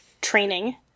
training